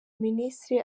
minisitiri